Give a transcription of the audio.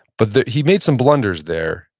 but he made some blunders there.